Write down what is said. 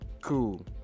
Cool